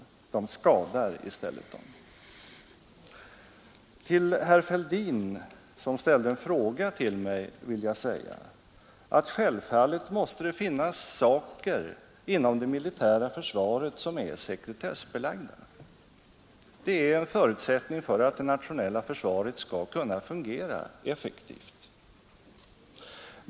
Detta skadar i stället kampen i dessa hänseenden. Till herr Fälldin, som ställde en fråga till mig, vill jag säga att självfallet måste det finnas saker inom det militära försvaret som är sekretessbelagda. Det är en förutsättning för att det nationella försvaret skall kunna fungera effektivt.